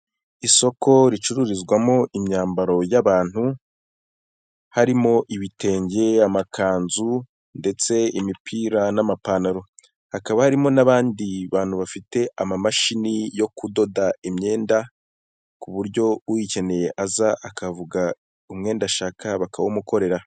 Isoko ricururizwamo imyambaro y'abantu harimo ibitenge amakanzu ndetse imipira n'amapantaro, hakaba harimo n'abandi bantu bafite amamashini yo kudoda imyenda, ku buryo uyikeneye aza akavuga umwenda ashaka bakawuumukorera.